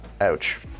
ouch